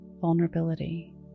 vulnerability